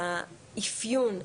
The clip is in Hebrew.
האפיון,